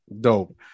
dope